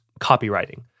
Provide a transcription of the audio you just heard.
copywriting